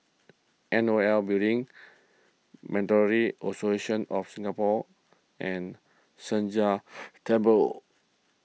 N O L Building Monetary Authority of Singapore and Sheng Jia Temple